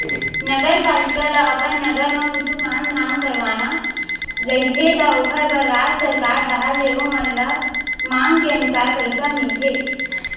नगरपालिका ल अपन नगर म कुछु काम धाम करवाना रहिथे त ओखर बर राज सरकार डाहर ले ओमन ल मांग के अनुसार पइसा मिलथे